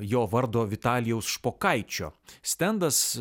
jo vardo vitalijaus špokaičio stendas